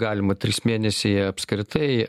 galima trys mėnesiai apskritai